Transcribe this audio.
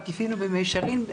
בעקיפין או במישרין,